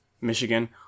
Michigan